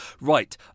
Right